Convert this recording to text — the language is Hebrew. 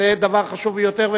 וזה דבר חשוב ביותר,